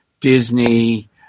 Disney